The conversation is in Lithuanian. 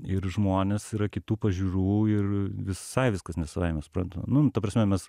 ir žmonės yra kitų pažiūrų ir visai viskas ne savaime suprantama nu ta prasme mes